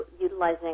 utilizing